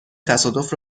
تصادف